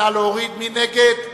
מי נגד?